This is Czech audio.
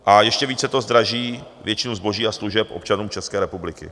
A ještě více to zdraží většinu zboží a služeb občanům České republiky.